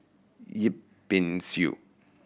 Yip Pin Xiu